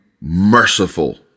merciful